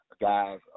guys